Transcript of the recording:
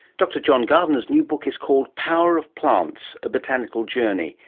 dr john gardiner's new book is called power of plants a botanical journey,